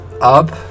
up